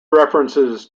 references